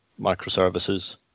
microservices